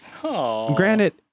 Granted